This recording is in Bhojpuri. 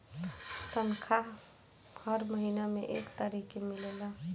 तनखाह हर महीना में एक तारीख के मिलेला